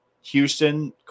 Houston